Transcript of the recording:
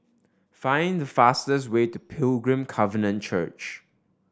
find the fastest way to Pilgrim Covenant Church